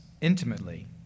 intimately